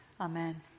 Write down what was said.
Amen